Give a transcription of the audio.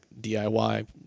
DIY